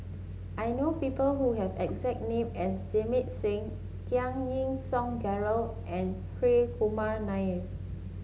I know people who have exact name as Jamit Singh Giam Yean Song Gerald and Hri Kumar Nair